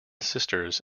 sisters